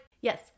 Yes